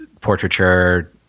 portraiture